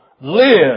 live